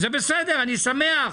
זה בסדר, אני שמח.